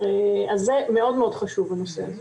אז זה מאוד מאוד חשוב הנושא הזה.